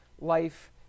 life